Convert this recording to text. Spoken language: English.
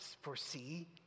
foresee